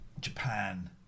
Japan